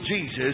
Jesus